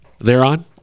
thereon